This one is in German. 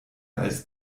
als